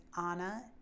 anna